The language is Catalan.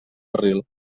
barril